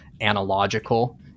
analogical